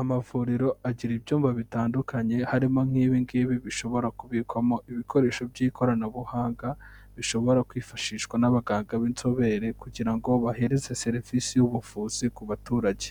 Amavuriro agira ibyumba bitandukanye harimo nk'ibi ngibi bishobora kubikwamo ibikoresho by'ikoranabuhanga, bishobora kwifashishwa n'abaganga b'inzobere kugira ngo bahereze serivisi y'ubuvuzi ku baturage.